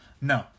No